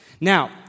Now